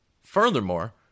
Furthermore